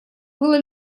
было